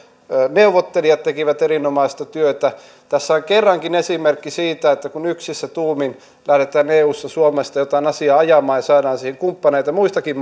neuvottelijat tekivät erinomaista työtä tässä on kerrankin esimerkki siitä että kun yksissä tuumin lähdetään eussa suomesta jotain asiaa ajamaan ja saadaan siihen kumppaneita muistakin